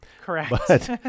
Correct